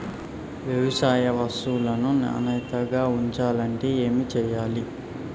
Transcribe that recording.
వ్యవసాయ వస్తువులను నాణ్యతగా ఉంచాలంటే ఏమి చెయ్యాలే?